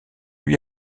lui